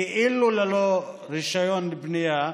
כאילו ללא רישיון בנייה,